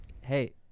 Hey